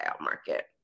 market